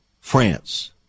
France